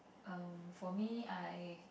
um for me I